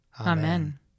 Amen